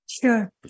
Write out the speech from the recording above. Sure